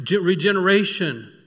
Regeneration